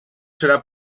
serà